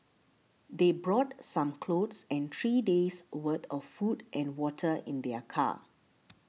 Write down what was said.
they brought some clothes and three days' worth of food and water in their car